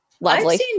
lovely